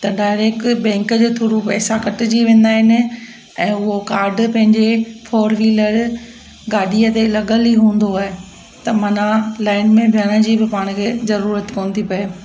त direct bank जे through पैसा कटिजी वेंदा आहिनि ऐं उहो कार्ड पंहिंजे फोर विलर गाॾीअ ते लॻियलु ई हूंदो आहे त माना लाइन में बीहण जी बि पाण खे ज़रूरत कोन थी पए